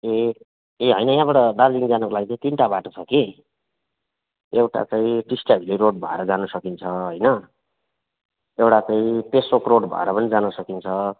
ए ए होइन यहाँबाट दार्जिलिङ जानुको लागि चाहिँ तिनवटा बाटो छ कि एउटा चाहिँ टिस्टाभेल्ली रोड भएर जान सकिन्छ होइन एउटा चाहिँ पेसोक रोड भएर पनि जान सकिन्छ